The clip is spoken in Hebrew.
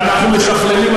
אנחנו משכללים,